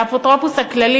לאפוטרופוס הכללי,